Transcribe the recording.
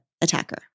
attacker